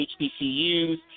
HBCUs